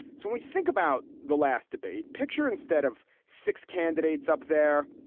so we think about the last debate picture instead of six candidates up there,